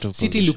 city